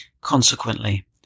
Consequently